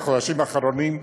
בחודשים האחרונים,